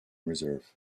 reserve